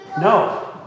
no